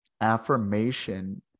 affirmation